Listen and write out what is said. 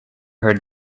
her